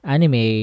Anime